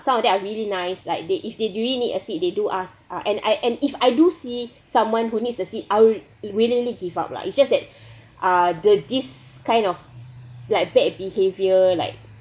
some of them are really nice like they if they really need a seat they do ask uh and I and if I do see someone who needs a seat I will immediately give up lah it's just that uh the this kind of like bad behavior like